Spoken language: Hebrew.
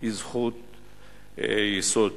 היא זכות יסוד.